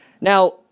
Now